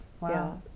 Wow